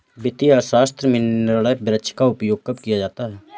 वित्तीय अर्थशास्त्र में निर्णय वृक्ष का उपयोग कब किया जाता है?